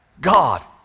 God